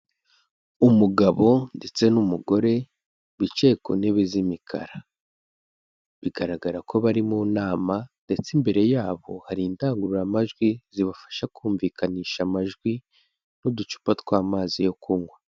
Umugabo ndetse n'umugore bicaye ku ntebe z'imikara, bigaragara ko bari mu nama ndetse imbere yabo hari indangururamajwi zibafasha kumvikanisha amajwi, n'uducupa tw'amazi yo kunywa.